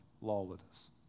lawlessness